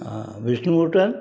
हा विष्णु होटल